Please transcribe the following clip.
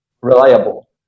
reliable